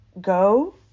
go